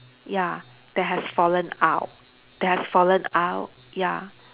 ya that has fallen out that has fallen out ya